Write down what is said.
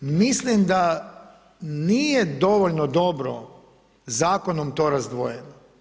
Mislim da nije dovoljno dobro zakonom to razdvojeno.